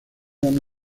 han